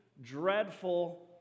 dreadful